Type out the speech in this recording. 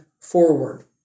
forward